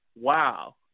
wow